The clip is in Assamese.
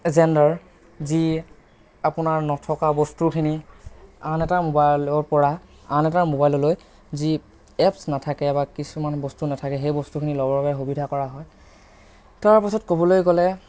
জেণ্ডাৰ যি আপোনাৰ নথকা বস্তুখিনি আন এটা মোবাইলৰ পৰা আন এটা মোবাইললৈ যি এপচ নাথাকে বা কিছুমান বস্তু নাথাকে সেই বস্তুখিনি ল'বৰ বাবে সুবিধা কৰা হয় তাৰ পিছত ক'বলৈ গ'লে